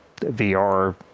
VR